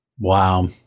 Wow